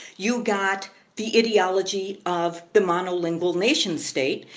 you got the ideology of the monolingual nation state,